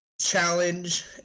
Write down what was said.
challenge